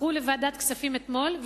מכרו לוועדת הכספים אתמול,